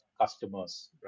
customers